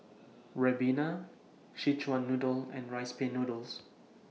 Ribena Szechuan Noodle and Rice Pin Noodles